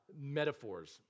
Metaphors